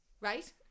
right